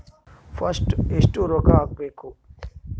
First ಎಷ್ಟು ರೊಕ್ಕ ಹಾಕಬೇಕು?